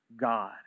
God